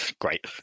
Great